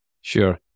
Sure